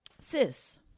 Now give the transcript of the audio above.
sis